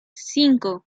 cinco